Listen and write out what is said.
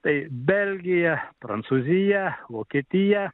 tai belgija prancūzija vokietija